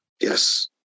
yes